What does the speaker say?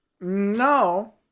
No